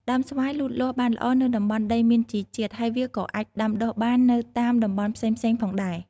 ដើមស្វាយលូតលាស់បានល្អនៅតំបន់ដីមានជីជាតិ ហើយវាក៏អាចដាំដុះបាននៅតាមតំបន់ផ្សេងៗផងដែរ។